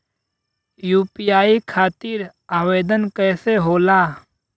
UPI खातिर आवेदन कैसे होला?